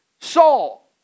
Saul